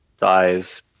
dies